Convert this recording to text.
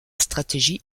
stratégie